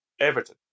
Everton